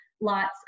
lots